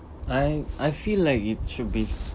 I I feel like it should be